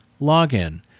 login